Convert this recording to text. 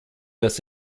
dass